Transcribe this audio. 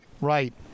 Right